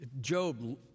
Job